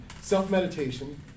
self-meditation